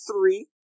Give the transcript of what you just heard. three